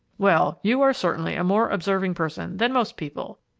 well, you are certainly a more observing person than most people!